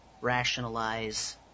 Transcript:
rationalize